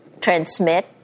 transmit